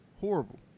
Horrible